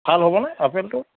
ভাল হ'বনে আপেলটো